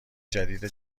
جدید